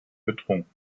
getrunken